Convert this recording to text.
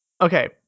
Okay